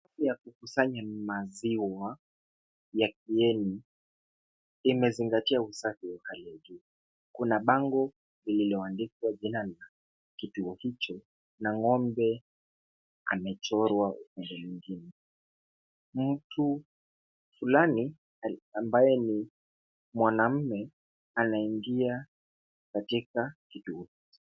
Duka la kukusanya maziwa ya Kieni, limezingatia usafi wa hali ya juu. Kuna bango lililoandikwa jina la kituo hicho, na ng'ombe umechorwa upande mwingine. Mtu fulani, ambaye ni mwanaume anaingia katika kituo hicho.